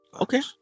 Okay